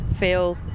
feel